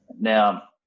Now